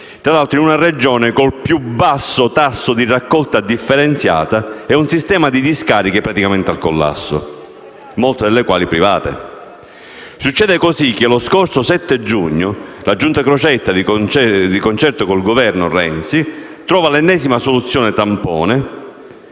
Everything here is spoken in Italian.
tra l’altro in una Regione con il più basso tasso di raccolta differenziata e un sistema di discariche praticamente al collasso, molte delle quali private. Succede così che lo scorso 7 giugno la Giunta Crocetta, di concerto con il Governo Renzi, trova l’ennesima soluzione tampone.